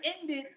ended